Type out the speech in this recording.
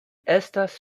estas